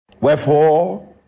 Wherefore